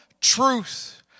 truth